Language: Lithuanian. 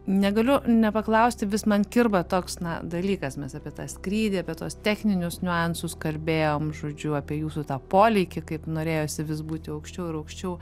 negaliu nepaklausti vis man kirba toks na dalykas mes apie tą skrydį apie tuos techninius niuansus kalbėjom žodžiu apie jūsų tą polėkį kaip norėjosi vis būti aukščiau ir aukščiau